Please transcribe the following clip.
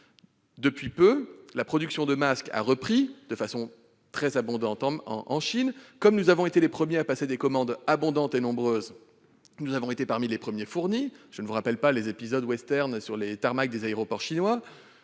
Depuis peu, la production de masse a repris de façon très abondante en Chine. Comme nous avons été les premiers à passer des commandes nombreuses, nous avons été parmi les premiers. Je ne rappellerai pas les épisodes dignes d'un western sur les tarmacs des aéroports chinois,